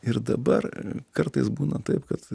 ir dabar kartais būna taip kad